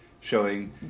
showing